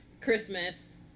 Christmas